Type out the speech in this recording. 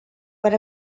per